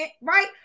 right